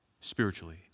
spiritually